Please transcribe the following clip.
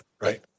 right